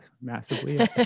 massively